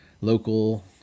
local